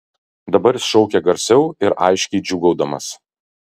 dabar jis šaukė garsiau ir aiškiai džiūgaudamas